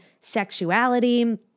sexuality